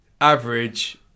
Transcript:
average